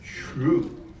True